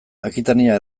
akitania